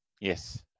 Yes